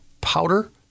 powder